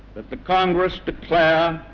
that the congress declare